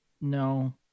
No